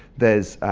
there's.